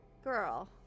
girl